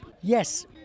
Yes